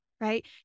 right